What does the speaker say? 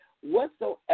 whatsoever